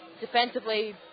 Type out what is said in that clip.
defensively